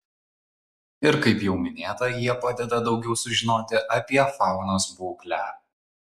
ir kaip jau minėta jie padeda daugiau sužinoti apie faunos būklę